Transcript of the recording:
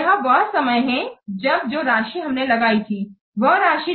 यह वह समय है जब जो राशि हमने लगाई थी वह राशि